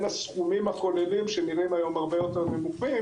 הסכומים הכוללים שנראים היום הרבה יותר נמוכים,